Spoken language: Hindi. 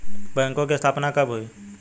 बैंकों की स्थापना कब हुई?